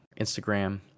Instagram